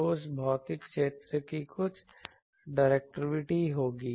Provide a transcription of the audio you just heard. तो उस भौतिक क्षेत्र की कुछ डायरेक्टिविटी होगी